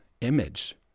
image